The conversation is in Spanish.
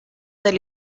del